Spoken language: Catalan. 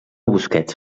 busquets